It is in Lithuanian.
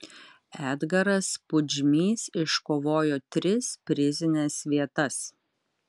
edgaras pudžmys iškovojo tris prizines vietas